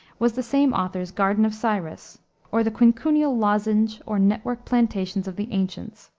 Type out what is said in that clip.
was the same author's garden of cyrus or, the quincuncial lozenge or network plantations of the ancients,